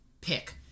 pick